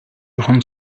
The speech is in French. grande